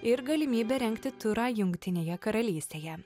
ir galimybę rengti turą jungtinėje karalystėje